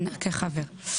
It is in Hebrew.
כן, כחבר.